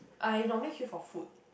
I normally queue for food